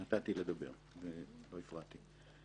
אני נתתי לדבר, לא הפרעתי.